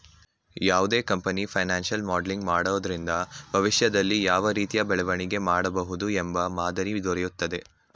ಯಾವುದೇ ಕಂಪನಿಯು financial modelling ಮಾಡೋದ್ರಿಂದ ಭವಿಷ್ಯದಲ್ಲಿ ಯಾವ ರೀತಿಯ ಬೆಳವಣಿಗೆ ಮಾಡಬಹುದು ಎಂಬ ಮಾದರಿ ದೊರೆಯುತ್ತದೆ